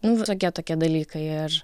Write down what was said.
nu visokie tokie dalykai ir